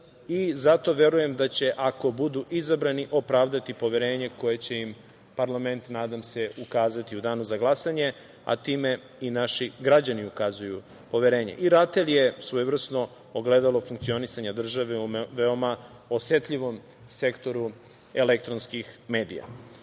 i zato verujem da će, ako budu izabrani, opravdati poverenje koje će im parlament, nadam se, ukazati u Danu za glasanje, a time i naši građani ukazuju poverenje. Svojevrsno ogledalo funkcionisanja je i RATEL u veoma osetljivom sektoru elektronskih medija. Drugi